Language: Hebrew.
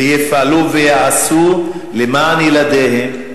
ויפעלו ויעשו למען ילדיהם,